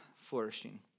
Flourishing